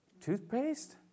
toothpaste